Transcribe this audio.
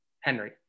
Henry